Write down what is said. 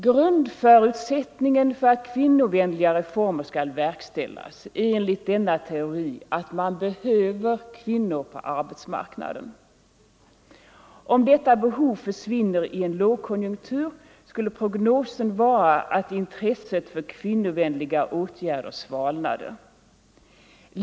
Grundförutsättningen för att kvinnovänliga reformer skall verkställas är, enligt denna teori, att man behöver kvinnor på arbetsmarknaden. Om detta behov försvinner i en lågkonjunktur skulle prognosen vara 63 att intresset för kvinnovänliga åtgärder svalnade.